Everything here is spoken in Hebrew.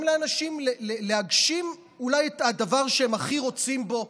לאנשים להגשים אולי את הדבר שהם הכי רוצים בו,